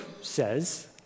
says